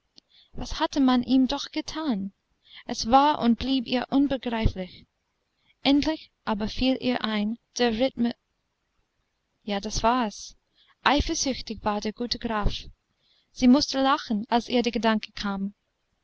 was hatte man ihm doch getan es war und blieb ihr unbegreiflich endlich aber fiel ihr ein der rittm ja das war es eifersüchtig war der gute graf sie mußte lachen als ihr der gedanke kam